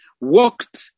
walked